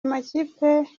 makipe